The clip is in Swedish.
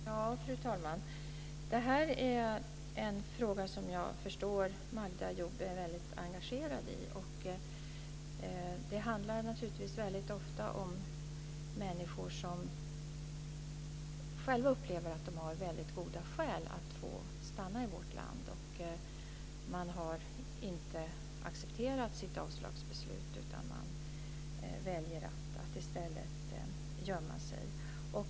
Fru talman! Det här är en fråga som jag förstår att Magda Ayoub är väldigt engagerad i. Det handlar naturligtvis väldigt ofta om människor som själva upplever att de har väldigt goda skäl att få stanna i vårt land. Man har inte accepterat sitt avslagsbeslut utan väljer att i stället gömma sig.